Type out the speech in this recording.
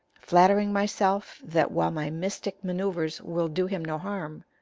flattering myself that, while my mystic manoauvres will do him no harm,